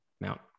Mount